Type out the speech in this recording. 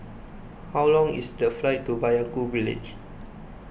how long is the flight to Vaiaku Village